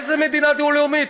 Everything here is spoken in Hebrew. איזו מדינה דו-לאומית?